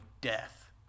death